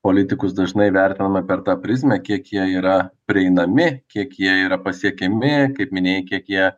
politikus dažnai vertiname per tą prizmę kiek jie yra prieinami kiek jie yra pasiekiami kaip minėjai kiek jie